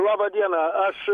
laba diena aš